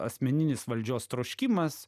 asmeninis valdžios troškimas